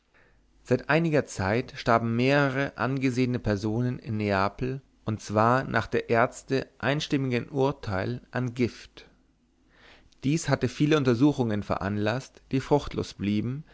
seit einiger zeit starben mehrere angesehene personen in neapel und in der umliegenden gegend und zwar nach der ärzte einstimmigem urteil an gift dies hatte viele untersuchungen veranlaßt die fruchtlos blieben